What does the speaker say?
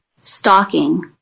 stalking